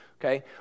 okay